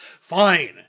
Fine